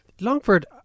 Longford